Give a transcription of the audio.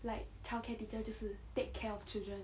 like childcare teacher 就是 take care of children